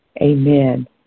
Amen